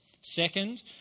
Second